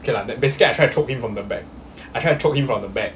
okay lah that basically I tried choke him from the back I try to choke him from the back